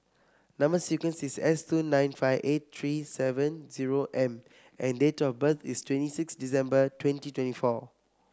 number sequence is S two nine five eight three seven zero M and date of birth is twenty six December twenty twenty four